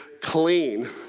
clean